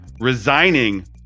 resigning